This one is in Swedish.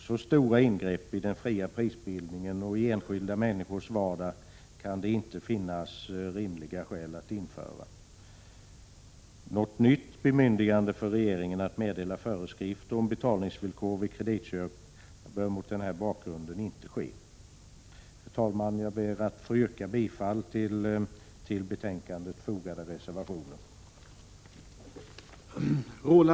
Så stora ingrepp i den fria prisbildningen och i enskilda människors vardag kan det inte finnas rimliga skäl att göra. Något nytt bemyndigande för regeringen att meddela föreskrifter om betalningsvillkor vid kreditköp bör mot den här bakgrunden inte ges. Herr talman! Jag ber att få yrka bifall till de till betänkandet fogade reservationerna.